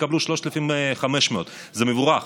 תקבלו 3,500. זה מבורך,